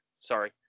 sorry